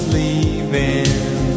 leaving